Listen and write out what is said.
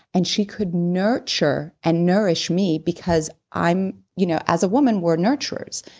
and she could nurture and nourish me because i'm, you know as a woman we're nurtures.